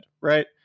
Right